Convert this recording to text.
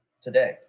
today